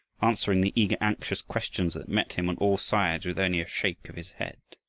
answering the eager, anxious questions that met him on all sides with only a shake of his head.